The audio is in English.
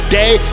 day